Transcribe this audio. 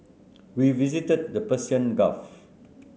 We visited the Persian Gulf